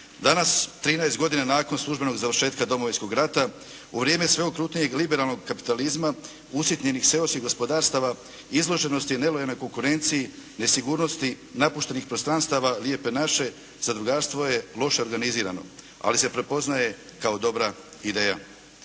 Danas 13 godina nakon službenog završetka Domovinskog rata u vrijeme sve okrutnijeg liberalnog kapitalizma, usitnjenih seoskih gospodarstava i izloženosti nelojalnoj konkurenciji, nesigurnosti napuštenih prostranstava «Lijepe naše» zadrugarstvo je loše organizirano. Ali se prepoznaje kao dobra ideja.